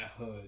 hood